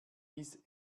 bis